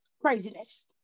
craziness